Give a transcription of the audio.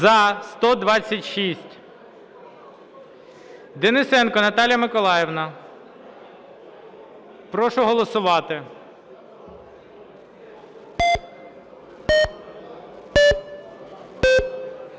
За-126 Денисенко Наталія Миколаївна. Прошу голосувати.